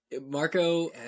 Marco